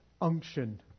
unction